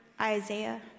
Isaiah